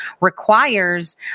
requires